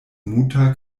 muta